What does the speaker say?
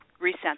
resent